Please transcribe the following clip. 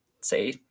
say